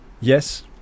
yes